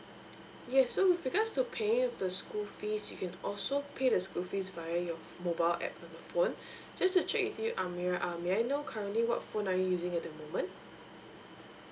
yes so with regards to paying of the school fees you can also pay the school fees via your mobile app on the phone just to check with you amirah um may I know currently what phone are you using at the moment